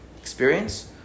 experience